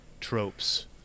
tropes